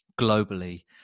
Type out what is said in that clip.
globally